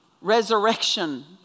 resurrection